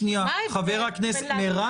שנייה, יעל.